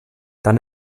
dann